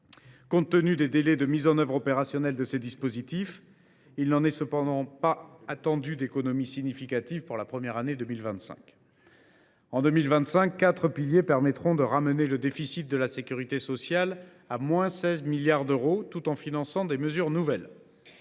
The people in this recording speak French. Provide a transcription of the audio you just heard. Compte tenu des délais de mise en œuvre opérationnels de ces dispositifs, il n’en est cependant pas attendu d’économies significatives dès l’année prochaine. En 2025, quatre piliers permettront de ramener le déficit de la sécurité sociale à 16 milliards d’euros, tout en finançant des mesures nouvelles.